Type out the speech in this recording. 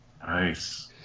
Nice